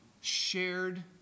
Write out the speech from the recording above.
shared